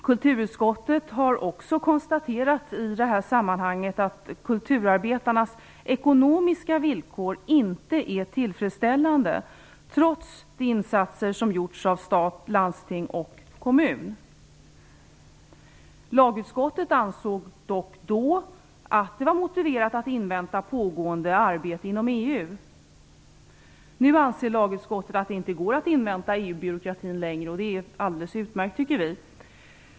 Kulturutskottet har också i det här sammanhanget konstaterat att kulturarbetarnas ekonomiska villkor inte är tillfredsställande, trots insatser som gjorts av stat, landsting och kommun. Lagutskottet ansåg dock då att det var motiverat att invänta pågående arbete inom EU. Nu anser lagutskottet att det inte går att invänta EU-byråkratin längre, och det är alldeles utmärkt, tycker vi.